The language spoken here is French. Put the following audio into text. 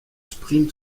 sprint